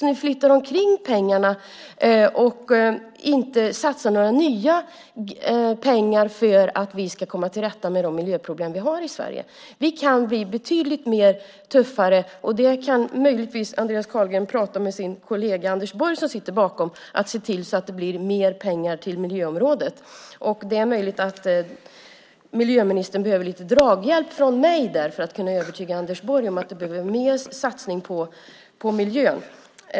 Ni flyttar omkring pengarna och satsar inte några nya pengar för att vi ska komma till rätta med de miljöproblem som vi har i Sverige. Vi kan bli betydligt tuffare. Andreas Carlgren kan möjligen tala med sin kollega Anders Borg för att man ska se till att det blir mer pengar till miljöområdet. Det är möjligt att miljöministern där behöver lite draghjälp från mig för att kunna övertyga Anders Borg om att det behövs mer satsningar på miljön.